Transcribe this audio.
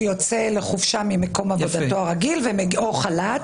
הוא יוצא לחופשה ממקום עבודתו הרגיל או יוצא לחל"ת,